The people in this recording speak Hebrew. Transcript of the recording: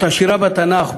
את השירה בתנ"ך,